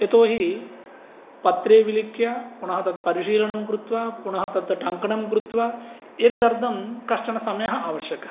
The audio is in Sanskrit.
यतोहि पत्रे विलिख्य पुनः तत् परिशीलनं कृत्वा पुनः तत्र टङ्कनं कृत्वा एतदर्थं कश्चन समयः आवश्यकः